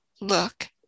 look